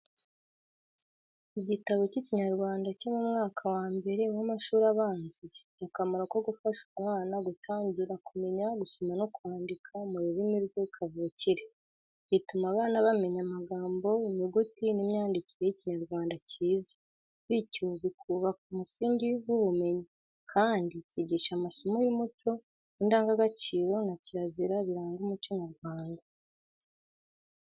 Igitabo cy’Ikinyarwanda cyo mu mwaka wa mbere w’amashuri abanza gifite akamaro ko gufasha umwana gutangira kumenya gusoma no kwandika mu rurimi rwe kavukire. Gituma abana bamenya amagambo, inyuguti n’imyandikire y’Ikinyarwanda cyiza, bityo bikubaka umusingi w’ubumenyi, kandi kigisha amasomo y’umuco n’indangagaciro na kirazira biranga umuco nyarwanda.